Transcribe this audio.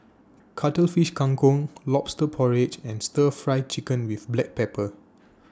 Cuttlefish Kang Kong Lobster Porridge and Stir Fry Chicken with Black Pepper